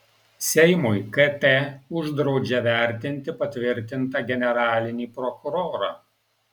seimui kt uždraudžia vertinti patvirtintą generalinį prokurorą